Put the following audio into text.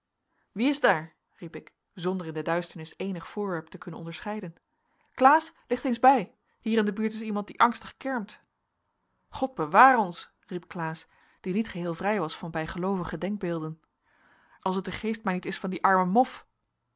wie is daar riep ik zonder in de duisternis eenig voorwerp te kunnen onderscheiden klaas licht eens bij hier in de buurt is iemand die angstig kermt god beware ons riep klaas die niet geheel vrij was van bijgeloovige denkbeelden als het de geest maar niet is van dien armen mof